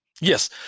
Yes